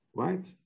right